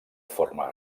forma